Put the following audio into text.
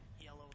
yellow